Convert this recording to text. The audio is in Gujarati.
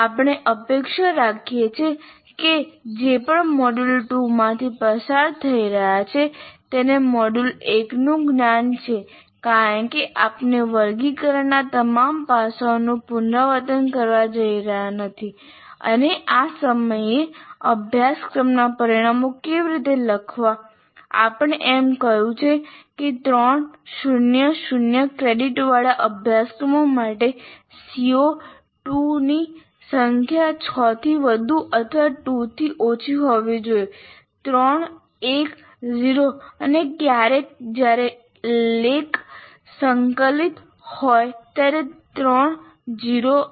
આપણે અપેક્ષા રાખીએ છીએ કે જે પણ મોડ્યુલ 2 માંથી પસાર થઈ રહ્યા છે તેને મોડ્યુલ 1 નું જ્ઞાન છે કારણ કે આપણે વર્ગીકરણના તમામ પાસાઓનું પુનરાવર્તન કરવા જઈ રહ્યા નથી અને આ સમયે અભ્યાસક્રમના પરિણામો કેવી રીતે લખવા આપણે એમ પણ કહ્યું કે 3 0 0 ક્રેડિટવાળા અભ્યાસક્રમો માટે CO ની સંખ્યા 6 થી વધુ અથવા 2થી ઓછી હોવી જોઈએ 3 1 0 અને ક્યારેક જ્યારે લેબ સંકલિત હોય ત્યારે 3 0 1